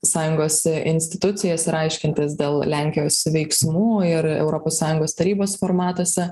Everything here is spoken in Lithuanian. sąjungos institucijas ir aiškintis dėl lenkijos veiksmų ir europos sąjungos tarybos formatuose